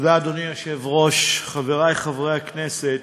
אדוני היושב-ראש, תודה, חברי חברי הכנסת,